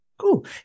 Cool